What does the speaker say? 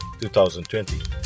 2020